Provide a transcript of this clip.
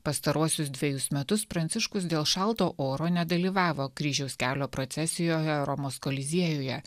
pastaruosius dvejus metus pranciškus dėl šalto oro nedalyvavo kryžiaus kelio procesijoje romos koliziejuje